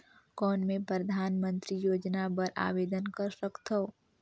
कौन मैं परधानमंतरी योजना बर आवेदन कर सकथव?